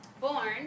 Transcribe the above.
born